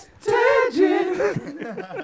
tangent